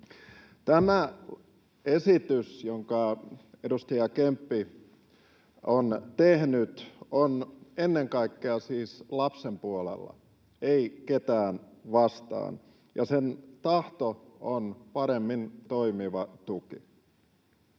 Tämä esitys, jonka edustaja Kemppi on tehnyt, on ennen kaikkea siis lapsen puolella, ei ketään vastaan, ja sen tahto on paremmin toimiva tuki.